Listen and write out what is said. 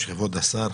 כבוד השר,